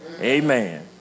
amen